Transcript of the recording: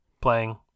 playing